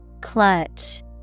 Clutch